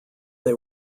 they